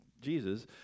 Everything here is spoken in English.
Jesus